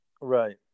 Right